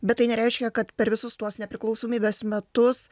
bet tai nereiškia kad per visus tuos nepriklausomybės metus